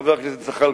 חבר הכנסת זחאלקה,